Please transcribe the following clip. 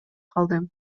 калдым